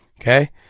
Okay